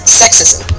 sexism